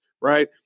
right